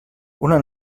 una